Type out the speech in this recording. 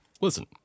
Listen